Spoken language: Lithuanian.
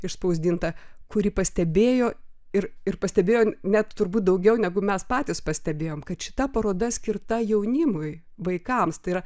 išspausdinta kurį pastebėjo ir ir pastebėjo net turbūt daugiau negu mes patys pastebėjom kad šita paroda skirta jaunimui vaikams tai yra